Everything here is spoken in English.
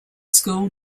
school